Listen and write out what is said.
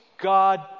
God